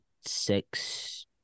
six